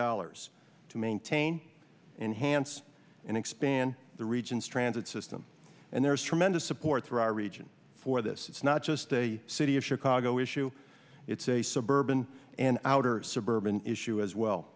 dollars to maintain enhance and expand the region's transit system and there is tremendous support for our region for this it's not just a city of chicago issue it's a suburban and outer suburban issue as well